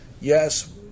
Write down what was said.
Yes